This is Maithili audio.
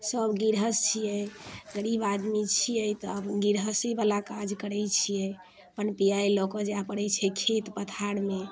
सभ गिरहस छियै गरीब आदमी छियै तऽ आब गृहस्थी बला काज करैत छियै पन पिआइ लऽ कऽ जाय पड़ैत छै खेत पथारमे